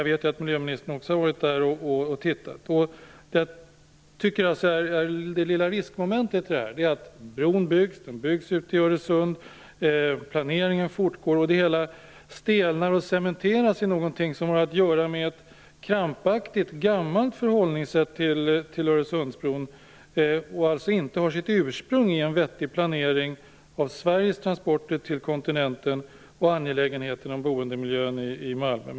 Jag vet att miljöministern också har varit där och tittat. Jag tycker att det lilla riskmomentet i det här är att bron byggs ut i Öresund, planeringen fortgår och det hela stelnar och cementeras i någonting som har att göra med ett gammalt krampaktigt förhållningssätt till Öresundsbron. Det har alltså inte sitt ursprung i en vettig planering av Sveriges transporter till kontinenten och det angelägna i boendemiljön i Malmö.